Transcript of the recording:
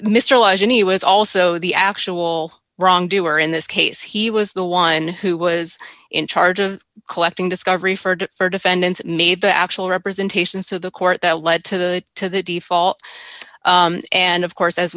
lies and he was also the actual wrongdoer in this case he was the one who was in charge of collecting discovery furred for defendants made the actual representations to the court that led to the to the default and of course as